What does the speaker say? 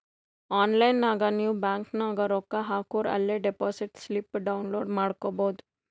online ನಾಗ್ ನೀವ್ bank ನಾಗ್ ರೊಕ್ಕಾ ಹಾಕೂರ ಅಲೇ ಡೆಪೋಸಿಟ್ ಸ್ಲಿಪ್ ಡೌನ್ಲೋಡ್ ಮಾಡ್ಕೊಬೋದು